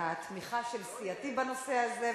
התמיכה של סיעתי בנושא הזה,